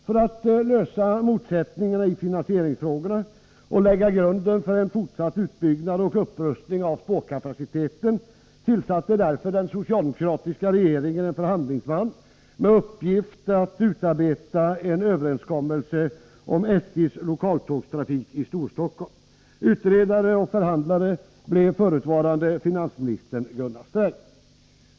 För att lösa motsättningarna i finansieringsfrågorna och lägga grunden för en fortsatt utbyggnad och upprustning av spårkapaciteten tillsatte den socialdemokratiska regeringen en förhandlingsman med uppgift att utarbeta en överenskommelse om SJ:s lokaltågstrafik i Storstockholm. Utredare och förhandlare blev förutvarande finansministern Gunnar Sträng.